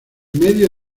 medio